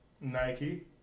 Nike